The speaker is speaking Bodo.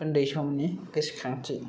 ओन्दै समनि गोसोखांथि